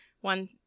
one